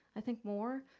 i think more,